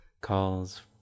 calls